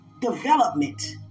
development